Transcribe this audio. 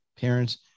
Parents